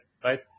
right